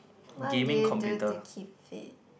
what do you do to keep fit